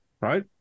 Right